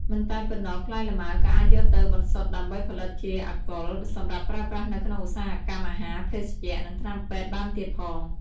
មិនតែប៉ុណ្ណោះ ផ្លែលម៉ើក៏អាចយកទៅបន្សុទ្ធដើម្បីផលិតជា អាល់កុល សម្រាប់ប្រើប្រាស់នៅក្នុងឧស្សាហកម្មអាហារ ភេសជ្ជៈ និងថ្នាំពេទ្យបានទៀតផង។